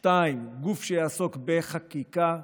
השני, גוף שיעסוק בחקיקה,